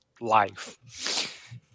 life